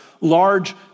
large